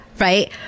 Right